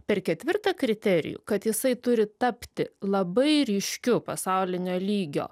per ketvirtą kriterijų kad jisai turi tapti labai ryškiu pasaulinio lygio